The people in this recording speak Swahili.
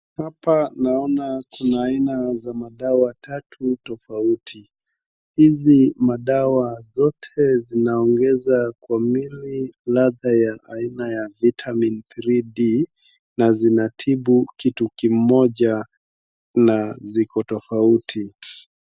Hapa naona kuna aina za madawa tatu tofauti hizi madawa zote zinaongeza kwa mwili ladha ya aina ya vitamin 3D na zinatibu kitu kimoja na ziko tofauti